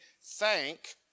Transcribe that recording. thank